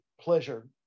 pleasure